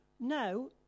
No